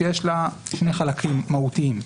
שיש לה שני חלקים מהותיים,